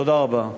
תודה רבה.